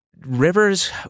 Rivers